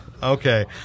Okay